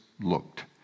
looked